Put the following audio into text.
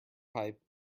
pipe